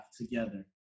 together